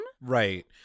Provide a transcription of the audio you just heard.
Right